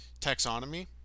taxonomy